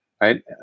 right